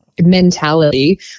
Mentality